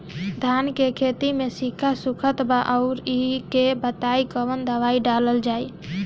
धान के खेती में सिक्का सुखत बा रउआ के ई बताईं कवन दवाइ डालल जाई?